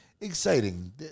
exciting